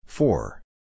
Four